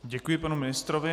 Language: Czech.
Děkuji panu ministrovi.